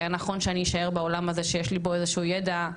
היה נכון שאני אישאר בעולם הזה שיש לי בו איזשהו ידע,